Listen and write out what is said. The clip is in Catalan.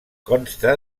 consta